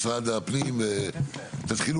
משרד הפנים, תתחילו